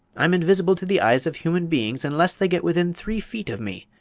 i'm invisible to the eyes of human beings unless they get within three feet of me,